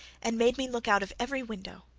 and made me look out of every window.